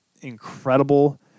incredible